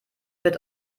wird